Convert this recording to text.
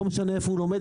לא משנה איפה הוא לומד,